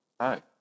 Hi